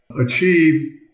achieve